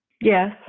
Yes